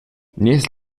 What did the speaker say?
nies